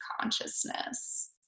consciousness